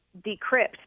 decrypt